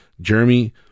Jeremy